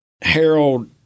Harold